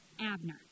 Abner